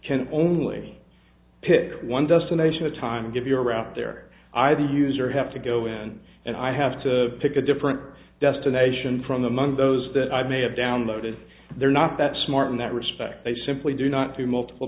can only pick one destination the time give your route there i the user have to go in and i have to pick a different destination from among those that i may have downloaded they're not that smart in that respect they simply do not do multiple